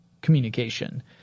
communication